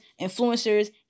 influencers